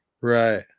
Right